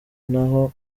naho